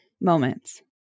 moments